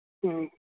ᱦᱮᱸᱻ